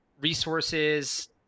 resources